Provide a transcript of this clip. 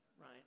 right